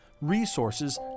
resources